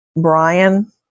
Brian